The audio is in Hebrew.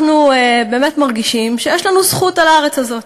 אנחנו באמת מרגישים שיש לנו זכות על הארץ הזאת.